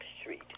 Street